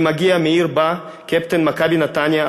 אני מגיע מעיר שבה קפטן "מכבי נתניה",